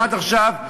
עד עכשיו,